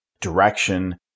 direction